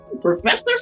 professor